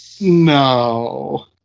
No